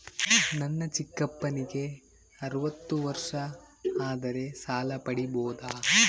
ನನ್ನ ಚಿಕ್ಕಪ್ಪನಿಗೆ ಅರವತ್ತು ವರ್ಷ ಆದರೆ ಸಾಲ ಪಡಿಬೋದ?